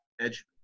edge